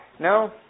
No